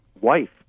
wife